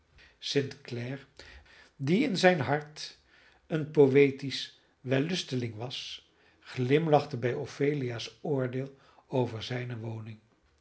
clare die in zijn hart een poëtisch wellusteling was glimlachte bij ophelia's oordeel over zijne woning